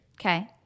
Okay